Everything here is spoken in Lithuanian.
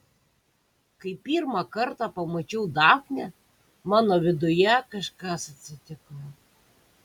kai pirmą kartą pamačiau dafnę mano viduje kažkas atsitiko